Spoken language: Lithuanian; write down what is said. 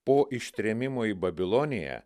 po ištrėmimo į babiloniją